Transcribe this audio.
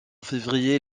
février